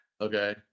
okay